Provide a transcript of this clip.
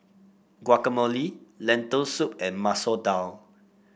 Guacamole Lentil Soup and Masoor Dal